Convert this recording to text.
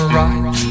right